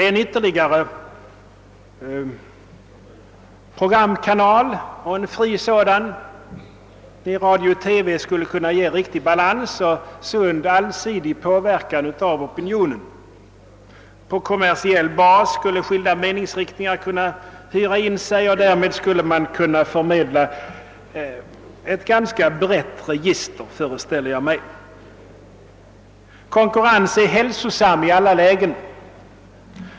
En ytterligare, fri programkanal i radio-TV skulle kunna ge en riktig balans och sund, allsidig påverkan av opinionen. På kommersiell bas skulle skilda meningsriktningar kunna hyra in sig, och därmed skulle man kunna förmedla ett ganska brett åsiktsregister, föreställer jag mig. Konkurrens är hälsosam i alla lägen.